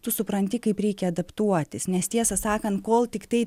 tu supranti kaip reikia adaptuotis nes tiesą sakant kol tiktai